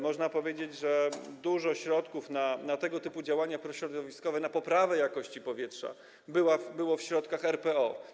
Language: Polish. Można powiedzieć, że dużo środków na tego typu działania prośrodowiskowe, na poprawę jakości powietrza było w ramach RPO.